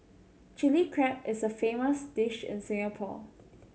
Chilli Crab is a famous dish in Singapore